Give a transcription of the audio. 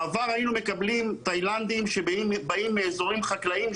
בעבר היינו מקבלים תאילנדים שבאים מאזורים חקלאיים,